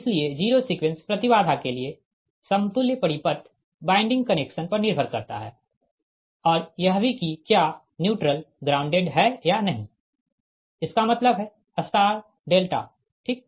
इसलिए zero sequence प्रति बाधा के लिए समतुल्य परिपथ वाइंडिंग कनेक्शन पर निर्भर करता है और यह भी कि क्या न्यूट्रल ग्राउंडेड है या नहीं इसका मतलब है स्टार डेल्टा ठीक